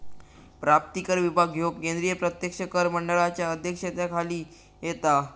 प्राप्तिकर विभाग ह्यो केंद्रीय प्रत्यक्ष कर मंडळाच्या अध्यक्षतेखाली येता